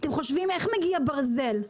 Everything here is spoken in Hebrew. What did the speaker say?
איך אתם חושבים שמגיע ברזל?